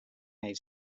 mate